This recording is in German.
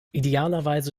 idealerweise